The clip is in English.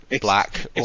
black